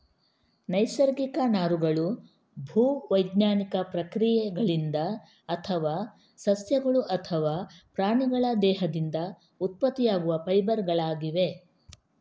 ನೈಸರ್ಗಿಕ ನಾರುಗಳು ಭೂ ವೈಜ್ಞಾನಿಕ ಪ್ರಕ್ರಿಯೆಗಳಿಂದ ಅಥವಾ ಸಸ್ಯಗಳು ಅಥವಾ ಪ್ರಾಣಿಗಳ ದೇಹದಿಂದ ಉತ್ಪತ್ತಿಯಾಗುವ ಫೈಬರ್ ಗಳಾಗಿವೆ